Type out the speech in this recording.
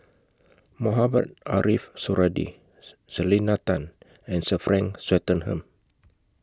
Mohamed Ariff Suradi Selena Tan and Sir Frank Swettenham